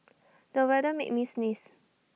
the weather made me sneeze